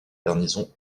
garnison